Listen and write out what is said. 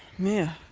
mia,